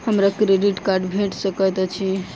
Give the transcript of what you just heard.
हमरा credit card भेट सकैत अछि?